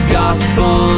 gospel